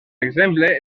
exemple